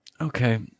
Okay